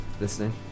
listening